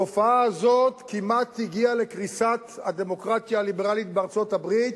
התופעה הזאת כמעט הגיעה לקריסת הדמוקרטיה הליברלית בארצות-הברית.